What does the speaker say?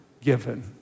given